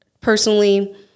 Personally